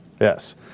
Yes